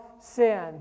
sin